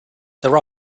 there